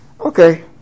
okay